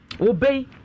Obey